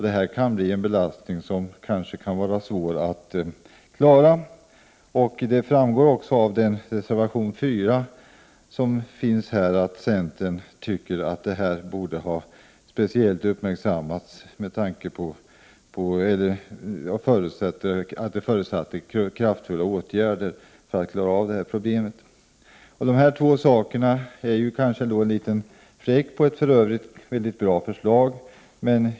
Det här kan bli en belastning som kassorna får svårt att klara. Som framgår av reservation 4, tycker vi i centern att reformen förutsätter kraftfulla åtgärder i form av ytterligare resurser till försäkringskassorna. 139 De två saker som jag har berört är ett par fläckar på ett för övrigt väldigt bra förslag.